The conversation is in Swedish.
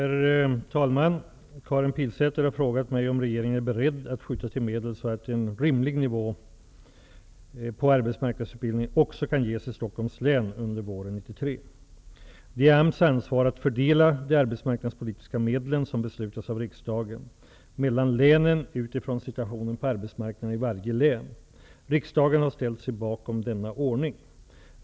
Herr talman! Karin Pilsäter har frågat mig om regeringen är beredd att skjuta till medel så att en rimlig nivå på arbetsmarknadsutbildningen också kan ges i Stockholms län under våren 1993. Det är AMS ansvar att fördela de arbetsmarknadspolitiska medlen, som beslutats av riksdagen, mellan länen utifrån situationen på arbetsmarknaden i varje län. Riksdagen har ställt sig bakom denna ordning.